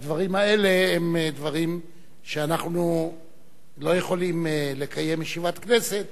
אנחנו לא יכולים לקיים ישיבת כנסת